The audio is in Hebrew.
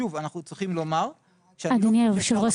אדוני היושב-ראש,